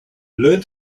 learn